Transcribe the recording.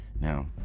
Now